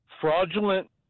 Fraudulent